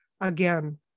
again